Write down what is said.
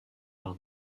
par